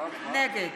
נגד